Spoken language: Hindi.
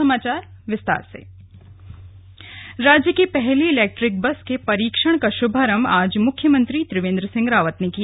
स्लग इलेक्ट्रिक बस राज्य की पहली इलैक्ट्रिक बस के परीक्षण का शुभारम्भ आज मुख्यमंत्री त्रिवेन्द्र सिंह रावत ने किया